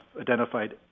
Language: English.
identified